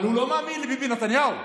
אבל הוא לא מאמין לביבי נתניהו.